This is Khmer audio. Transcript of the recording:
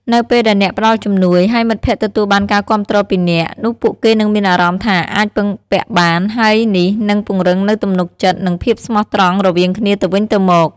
នៅពេលដែលអ្នកផ្តល់ជំនួយ ហើយមិត្តភក្តិទទួលបានការគាំទ្រពីអ្នក នោះពួកគេនឹងមានអារម្មណ៍ថាអាច ពឹងពាក់បាន ហើយនេះនឹងពង្រឹងនូវទំនុកចិត្ត និងភាពស្មោះត្រង់រវាងគ្នាទៅវិញទៅមក។